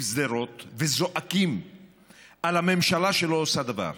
שדרות וזועקים על הממשלה שלא עושה דבר.